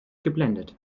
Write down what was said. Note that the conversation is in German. geblendet